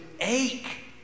ache